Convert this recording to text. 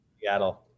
Seattle